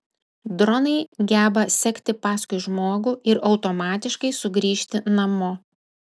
dronai geba sekti paskui žmogų ir automatiškai sugrįžti namo